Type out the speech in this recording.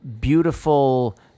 beautiful